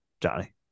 Johnny